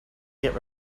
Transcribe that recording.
git